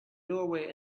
doorway